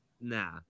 nah